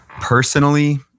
personally